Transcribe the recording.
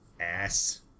Ass